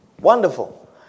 Wonderful